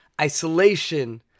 isolation